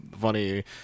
funny